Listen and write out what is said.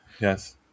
Yes